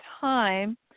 time